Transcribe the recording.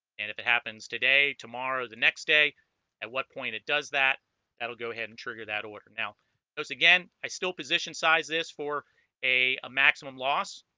and if it happens today tomorrow the next day at what point it does that that'll go ahead and trigger that order now those again i still position size this for a maximum loss